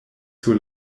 sur